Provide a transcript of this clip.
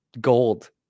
gold